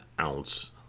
ounce